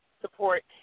support